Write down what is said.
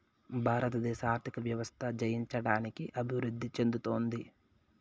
భారతదేశ ఆర్థిక వ్యవస్థ జయించడానికి అభివృద్ధి చెందుతోంది